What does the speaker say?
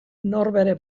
norbere